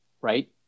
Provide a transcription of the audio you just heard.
right